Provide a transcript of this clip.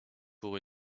pour